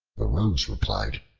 the rose replied,